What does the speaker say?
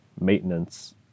maintenance